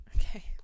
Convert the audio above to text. Okay